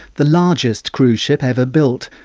the largest cruise ship ever built,